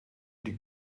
die